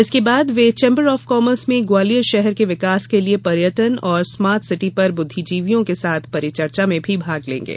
इसके बाद वे चेंबर ऑफ कॉमर्स में ग्वालियर शहर के विकास के लिए पर्यटन और स्मार्ट सिटी पर बुद्धिजीवियों के साथ परिचर्चा में भाग लेंगे